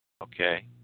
okay